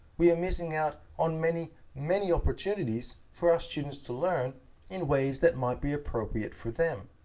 we are missing out on many many opportunities for our students to learn in ways that might be appropriate for them.